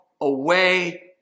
away